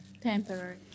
Temporary